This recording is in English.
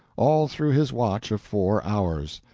all through his watch of four hours.